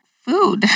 food